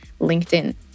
LinkedIn